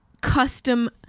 custom